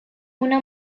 una